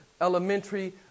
elementary